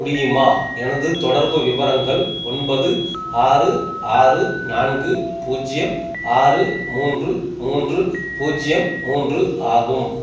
முடியுமா எனது தொடர்பு விவரங்கள் ஒன்பது ஆறு ஆறு நான்கு பூஜ்ஜியம் ஆறு மூன்று மூன்று பூஜ்ஜியம் மூன்று ஆகும்